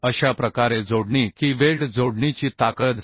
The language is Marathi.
अशा प्रकारे जोडणी की वेल्ड जोडणीची ताकद cg